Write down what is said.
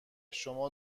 شما